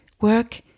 work